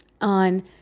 on